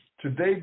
today